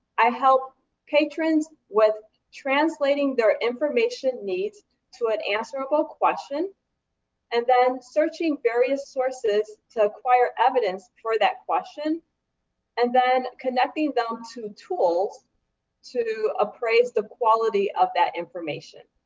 i help patrons with translating their information needs to an answerable question and then searching various sources to acquire evidence for that question and then connecting them to tools to appraise the quality of that information.